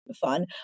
fun